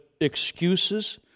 excuses